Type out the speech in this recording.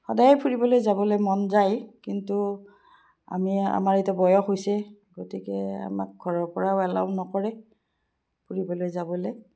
সদায় ফুৰিবলৈ যাবলে মন যায় কিন্তু আমি আমাৰ এতিয়া বয়স হৈছে গতিকে আমাক ঘৰৰপৰাও এলাউ নকৰে ফুৰিবলৈ যাবলৈ